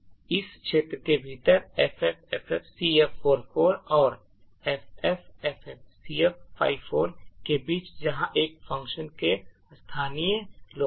इस क्षेत्र के भीतर ffffcf44 और ffffcf54 के बीच जहां इस फंक्शन के स्थानीय हैं